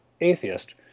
atheist